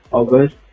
August